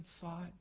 thought